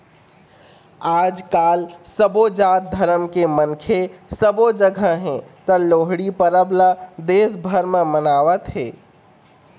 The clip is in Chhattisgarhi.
आजकाल सबो जात धरम के मनखे सबो जघा हे त लोहड़ी परब ल देश भर म मनावत हे